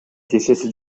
тиешеси